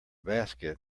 basket